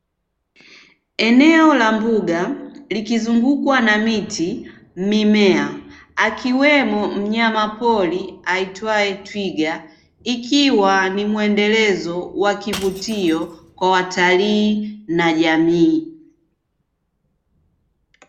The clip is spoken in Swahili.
Eneo la mbuga likizungukwa na miti, mimea akiwemo mnyama pori aitwaye twiga ikiwa ni muendelezo wa kivutio kwa watalii na jamii.